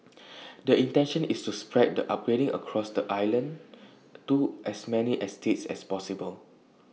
the intention is to spread the upgrading across the island to as many estates as possible